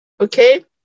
okay